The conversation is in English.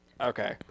Okay